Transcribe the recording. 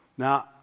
Now